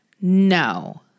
No